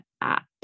app